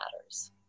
matters